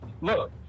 Look